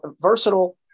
versatile